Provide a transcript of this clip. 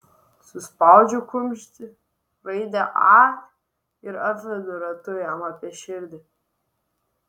suspaudžiu kumštį raidę a ir apvedu ratu jam apie širdį